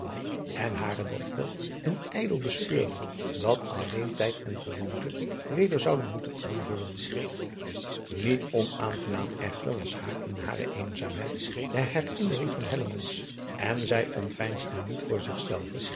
en hare dochter een ijdel bespeurde dat alleen tijd en gewoonte weder zouden moeten aanvullen iet onaangenaam echter was haar in hare eenzaamheid de herinnering van en zij ontveinsde niet voor